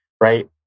right